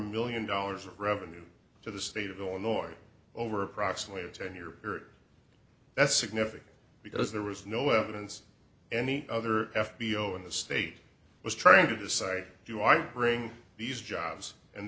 million dollars of revenue to the state of illinois over approximately a ten year period that's significant because there was no evidence any other f b o in the state was trying to decide do i bring these jobs and